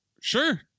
Sure